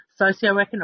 socioeconomic